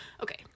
okay